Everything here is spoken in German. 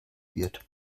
wird